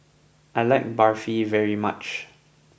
I like Barfi very much